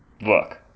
Look